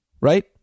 right